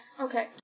okay